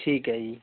ਠੀਕ ਹੈ ਜੀ